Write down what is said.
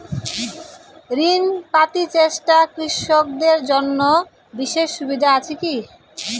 ঋণ পাতি চেষ্টা কৃষকদের জন্য বিশেষ সুবিধা আছি কি?